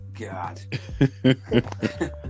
God